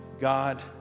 God